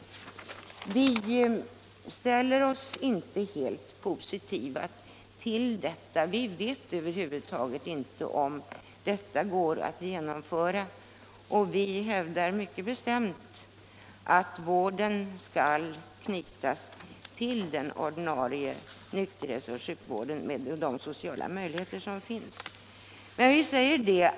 Anledningen till att vi inte ställer oss helt och hållet positiva härtill är att vi inte vet om det över huvud taget går att genomföra. Vi hävdar mycket bestämt att vården skall knytas till den ordinarie nykterhetsvården och sjukvården.